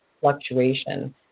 fluctuation